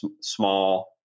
small